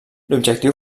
l’objectiu